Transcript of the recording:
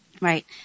right